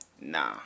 nah